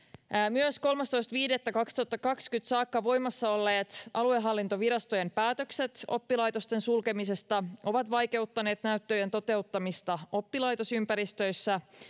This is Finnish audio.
myös kolmastoista viidettä kaksituhattakaksikymmentä saakka voimassa olleet aluehallintovirastojen päätökset oppilaitosten sulkemisesta ovat vaikeuttaneet näyttöjen toteuttamista oppilaitosympäristöissä